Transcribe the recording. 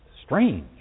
Strange